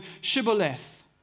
shibboleth